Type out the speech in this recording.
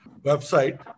website